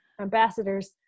ambassadors